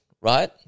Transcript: right